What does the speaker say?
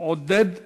עודד פורר.